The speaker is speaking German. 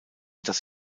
das